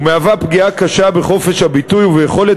ומהווה פגיעה קשה בחופש הביטוי וביכולת